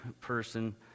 person